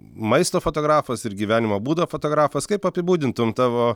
maisto fotografas ir gyvenimo būdo fotografas kaip apibūdintum tavo